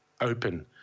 open